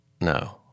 No